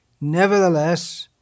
Nevertheless